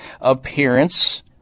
appearance